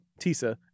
Tisa